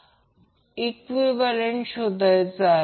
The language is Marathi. तर याचा अर्थ पॉवर लॉस प्रत्यक्षात हे rms मूल्य आहे